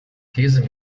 käse